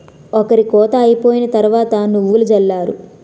ఒరి కోత అయిపోయిన తరవాత నువ్వులు జల్లారు